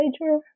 major